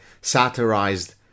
satirized